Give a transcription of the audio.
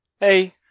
Hey